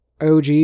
OG